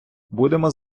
будемо